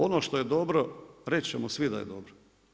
Ono što je dobro reći ćemo svi da je dobro.